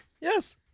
Yes